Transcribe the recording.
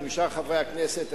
ומשאר חברי הכנסת,